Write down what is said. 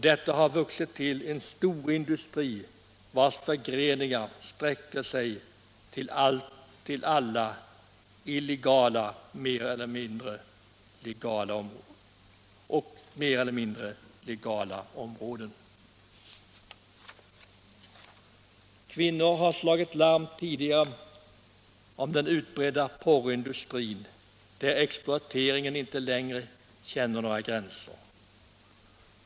Denna har vuxit till en storindustri, vars förgreningar sträcker sig till alla illegala och mer eller mindre legala områden. Kvinnor har slagit larm tidigare om den utbredda porrindustrin, där exploateringen inte längre känner några gränser.